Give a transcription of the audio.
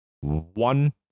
one